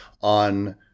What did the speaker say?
on